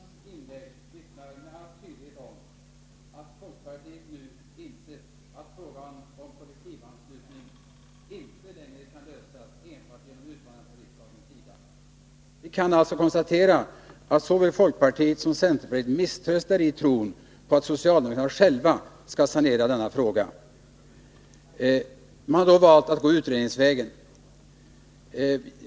Fru talman! Lars Ernestams inlägg vittnar med all tydlighet om att folkpartiet nu insett att frågan om kollektivanslutning inte längre kan lösas enbart genom uttalanden från riksdagens sida. Vi kan alltså konstatera att såväl folkpartiet som centerpartiet misströstar i tron på att socialdemokraterna själva skall sanera denna fråga och har då valt att gå utredningsvägen.